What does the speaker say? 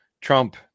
Trump